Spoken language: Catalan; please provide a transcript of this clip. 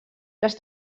les